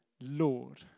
Lord